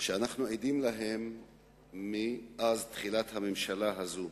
שאנחנו עדים להן מאז תחילת הכהונה של הממשלה הזו.